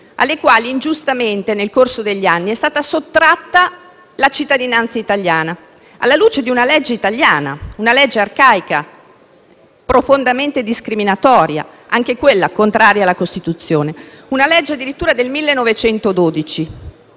a cui ingiustamente, nel corso degli anni, è stata sottratta la cittadinanza italiana, alla luce di una legge italiana arcaica e profondamente discriminatoria, anche questa contraria alla Costituzione. Sto parlando di una legge del 1912,